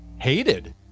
Hated